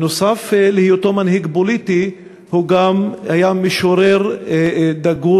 נוסף על היותו מנהיג פוליטי הוא גם היה משורר דגול,